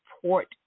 support